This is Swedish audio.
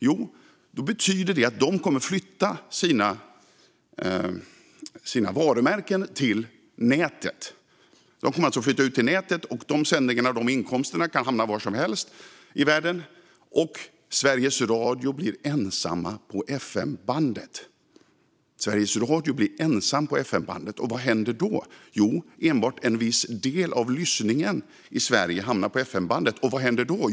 Jo, då betyder det att de kommer att flytta sina varumärken till nätet. De sändningarna och de inkomsterna kan då hamna var som helst i världen, och Sveriges Radio blir ensamma på FM-bandet. Och vad händer då? Jo, enbart en viss del av lyssnandet i Sverige hamnar på FM-bandet. Och vad händer då?